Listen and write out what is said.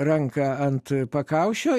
ranką ant pakaušio